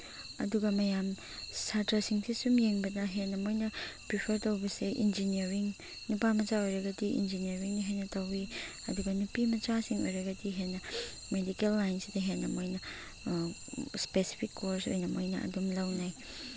ꯑꯗꯨꯒ ꯃꯌꯥꯝ ꯁꯥꯇ꯭ꯔꯁꯤꯡꯁꯦ ꯁꯨꯝ ꯌꯦꯡꯕꯗ ꯍꯦꯟꯅ ꯃꯣꯏꯅ ꯄ꯭ꯔꯤꯐꯔ ꯇꯧꯕꯁꯦ ꯏꯟꯖꯤꯅ꯭ꯌꯥꯔꯤꯡ ꯅꯨꯄꯥ ꯃꯆꯥ ꯑꯣꯏꯔꯗꯤ ꯏꯟꯖꯤꯅ꯭ꯌꯥꯔꯤꯡꯅꯤ ꯍꯥꯏꯅ ꯇꯧꯋꯤ ꯑꯗꯨꯒ ꯅꯨꯄꯤꯃꯆꯥꯁꯤꯡ ꯑꯣꯏꯔꯒꯗꯤ ꯑꯩꯈꯣꯏꯅ ꯃꯦꯗꯤꯀꯦꯜ ꯂꯥꯏꯟꯁꯤꯗ ꯍꯦꯟꯅ ꯃꯣꯏꯅ ꯏꯁꯄꯦꯁꯤꯐꯤꯛ ꯀꯣꯔꯁ ꯑꯣꯏꯅ ꯃꯣꯏꯅ ꯑꯗꯨꯝ ꯂꯧꯅꯩ